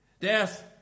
Death